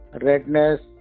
redness